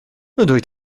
dwyt